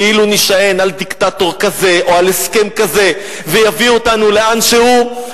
כאילו נישען על דיקטטור כזה או על הסכם כזה ויביא אותנו לאן שהוא,